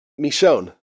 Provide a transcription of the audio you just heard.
Michonne